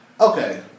Okay